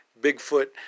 Bigfoot